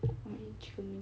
I want eat chicken wing